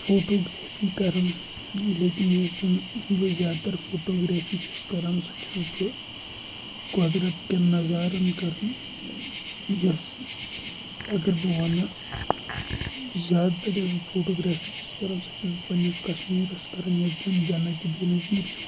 photography کَران لیکن یۄس زَن بہٕ زیادٕ تَر فوٹوٗگرٛافی چھُس کران سُہ چھُس بہٕ قۄدرَت کٮ۪ن نَظارَن کَران یۄس اگر بہٕ وۄنہٕ زیادٕ تَر یۄس بہٕ فوٹوٗگرٛافی چھُس کَران سۄ چھُس بہٕ پَنٛنِس کَشمیٖرَس کَران یَتھ زَن جَنتِ بے نظیٖر چھِ وَنان